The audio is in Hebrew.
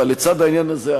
אבל לצד העניין הזה,